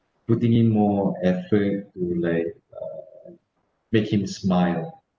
putting in more effort to like uh make him smile